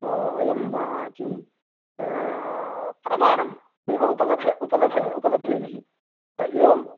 वयं किं प्रमाणं नैव उपलभे उपलभे उपलभेमिः एवम्